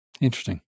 Interesting